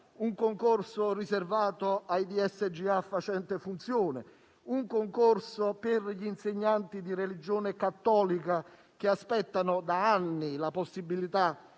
amministrativi (DSGA) facenti funzione, un concorso per gli insegnanti di religione cattolica, che aspettano da anni la possibilità